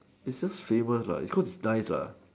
it's just famous lah it's going to dice lah